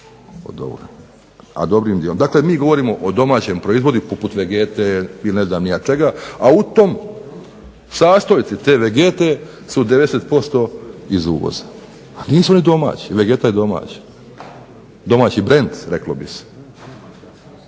od ovoga. Dakle, mi govorimo o domaćem proizvodu poput Vegete ili ne znam ja čega, a u tom sastojci te Vegete su 90% iz uvoza. A nisu oni domaći, Vegeta je domaća, domaći brend reklo bi se.